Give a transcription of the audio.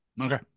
Okay